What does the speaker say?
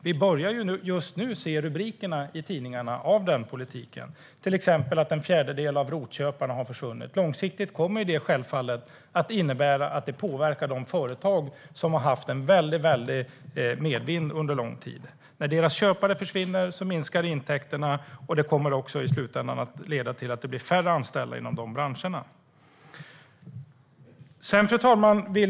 Vi börjar just nu se rubrikerna i tidningarna av den politiken, till exempel att en fjärdedel av ROT-köparna har försvunnit. Långsiktigt kommer det självfallet att påverka de företag som har haft stark medvind under lång tid. När deras köpare försvinner minskar intäkterna, och det kommer i slutändan att leda till att det blir färre anställda inom de branscherna. Fru talman!